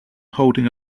holding